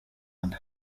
and